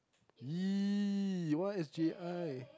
!ee! what is J_I